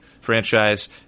franchise